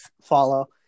follow